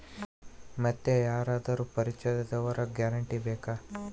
ಮತ್ತೆ ಯಾರಾದರೂ ಪರಿಚಯದವರ ಗ್ಯಾರಂಟಿ ಬೇಕಾ?